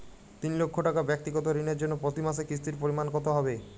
তিন লক্ষ টাকা ব্যাক্তিগত ঋণের জন্য প্রতি মাসে কিস্তির পরিমাণ কত হবে?